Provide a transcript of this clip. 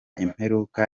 imperuka